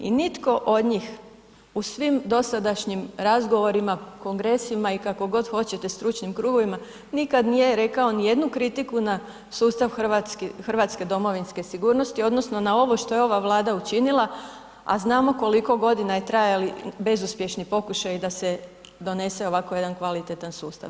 I nitko od njih u svim dosadašnjim razgovorima, kongresima i kako god hoćete stručnim krugovima nikad nije rekao ni jednu kritiku na sustav hrvatske domovinske sigurnosti odnosno na ovo što je ova Vlada učinila, a znamo koliko godina je trajali bezuspješni pokušaji da se donese ovako jedan kvalitetan sustav.